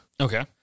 Okay